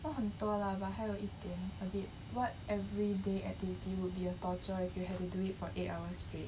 not 很多 lah but 还有一点 a bit what everyday activity would be a torture if you had to do it for eight hours straight